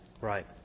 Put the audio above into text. Right